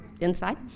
inside